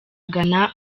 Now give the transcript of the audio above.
ghana